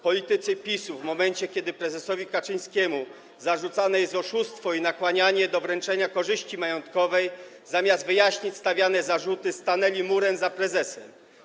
Politycy PiS-u, w momencie kiedy prezesowi Kaczyńskiemu zarzucane jest oszustwo i nakłanianie do wręczenia korzyści majątkowej, zamiast wyjaśnić stawiane zarzuty, stanęli murem za prezesem.